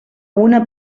una